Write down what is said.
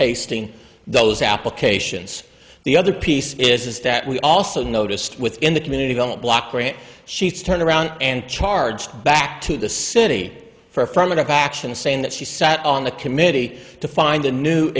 pasting those applications the other piece is that we also noticed within the community don't block grant sheets turn around and charge back to the city for affirmative action saying that she sat on the committee to find a new